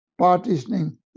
partitioning